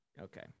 okay